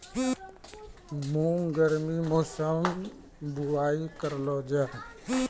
मूंग गर्मी मौसम बुवाई करलो जा?